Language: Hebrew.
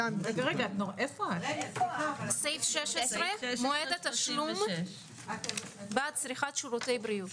אז מה ההיגיון שהפרידו תקרות של פנימיות?